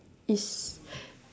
is